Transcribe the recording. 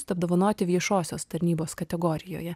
apdovanoti viešosios tarnybos kategorijoje